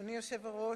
אדוני היושב-ראש,